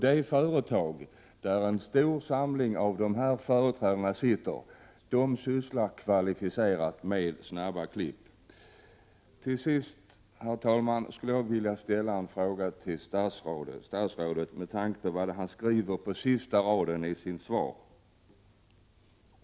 Det företag där en stor samling av dessa företrädare sitter i styrelsen sysslar på ett kvalificerat sätt med snabba ”klipp”. Till sist, herr talman, skulle jag vilja ställa en fråga till statsrådet, med tanke på vad han skriver på sista raden i sitt svar.